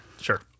sure